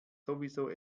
sowieso